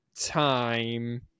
time